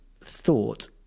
thought